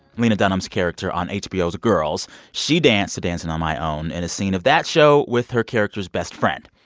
lena dunham's character on hbo's girls she danced to dancing on my own in a scene of that show with her character's best friend.